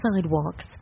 sidewalks